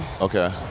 Okay